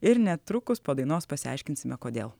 ir netrukus po dainos pasiaiškinsime kodėl